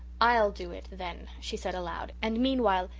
i'll do it then, she said aloud, and meanwhile,